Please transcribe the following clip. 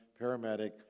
paramedic